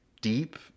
deep